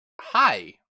Hi